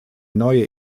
neue